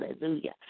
hallelujah